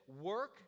work